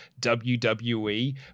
WWE